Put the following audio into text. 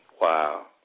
Wow